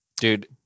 Dude